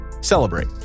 celebrate